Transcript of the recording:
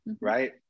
right